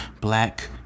black